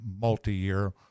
multi-year